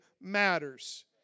matters